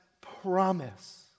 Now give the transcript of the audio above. promise